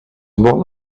molt